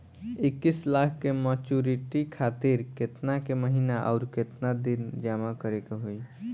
इक्कीस लाख के मचुरिती खातिर केतना के महीना आउरकेतना दिन जमा करे के होई?